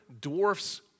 dwarfs